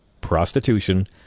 prostitution